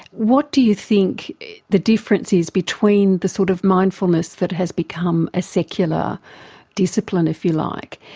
what do you think the difference is between the sort of mindfulness that has become a secular discipline, if you like,